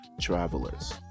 travelers